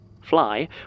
Fly